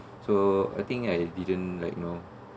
so I think I didn't like you know